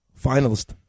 Finalist